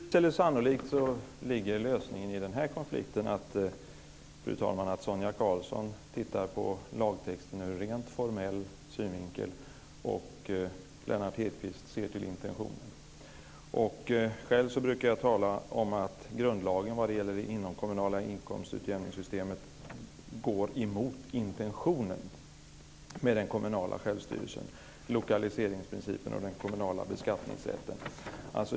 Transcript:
Fru talman! Möjligtvis eller sannolikt ligger lösningen på den här konflikten i att Sonia Karlsson tittar på lagtexten ur rent formell synvinkel, och Lennart Hedquist ser till intentionen. Själv brukar jag tala om att grundlagen när det gäller det inomkommunala inkomstutjämningssystemet går emot intentionen med den kommunala självstyrelsen, lokaliseringsprincipen och den kommunala beskattningsrätten.